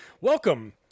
welcome